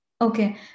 Okay